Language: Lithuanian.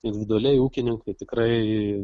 individualiai ūkininkai tikrai